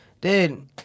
Dude